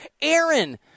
Aaron